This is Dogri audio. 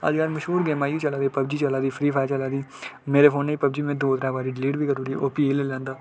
अजकल मश्हूर गेमां इ'यैं चलां दियां पबजी चला दी फ्री फायर चला दी पबजी डलीट बी करी ओड़ी भी